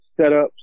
setups